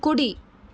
కుడి